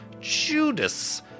Judas